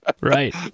Right